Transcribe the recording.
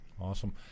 Awesome